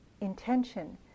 intention